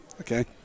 okay